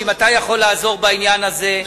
אם אתה יכול לעזור בעניין הזה,